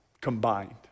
combined